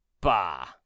bah